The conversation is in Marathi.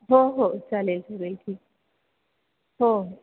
हो हो चालेल चालेल ठीक हो हो